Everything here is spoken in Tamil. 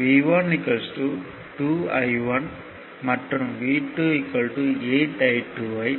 V1 2 I1 மற்றும் V2 8 I2 ஐ